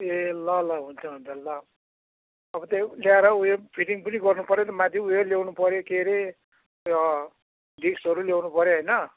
ए ल ल हुन्छ हुन्छ ल अब त्यो त्यहाँ उयो फिटिङ पनि गर्नु पर्यो नि माथि उयो ल्याउनु पर्यो के हरे उयो डिस्कहरू ल्याउनु पऱ्यो होइन